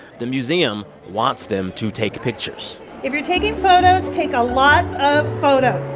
the museum wants them to take pictures if you're taking photos, take a lot of photos.